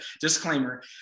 disclaimer